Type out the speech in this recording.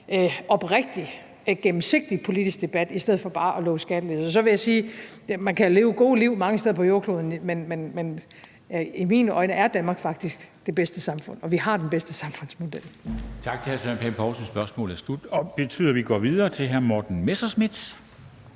oprigtig, gennemsigtig politisk debat i stedet for bare at love skattelettelser. Og så vil jeg sige, man kan leve gode liv mange steder på jordkloden, men i mine øjne er Danmark faktisk det bedste samfund, og vi har den bedste samfundsmodel.